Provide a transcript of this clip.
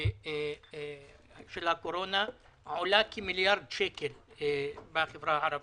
של הקורונה עולה כמיליארד שקל בחברה הערבית.